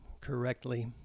correctly